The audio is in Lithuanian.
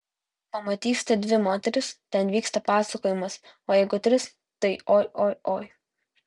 pamatysite dvi moteris ten vyksta pasakojimas o jeigu tris tai oi oi oi